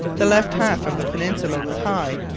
the left half of the peninsula was high,